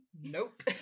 Nope